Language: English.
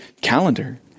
calendar